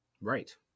Right